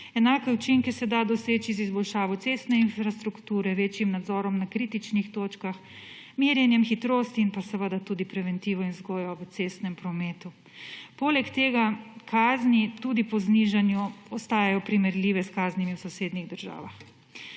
Enake učinke se da doseči z izboljšavo cestne infrastrukture, večjim nadzorom na kritičnih točkah, merjenjem hitrosti in pa tudi preventivo in vzgojo v cestnem prometu. Poleg tega kazni tudi po znižanju ostajajo primerljive s kaznimi v sosednjih državah.